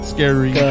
Scary